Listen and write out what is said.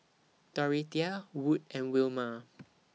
Dorothea Wood and Wilma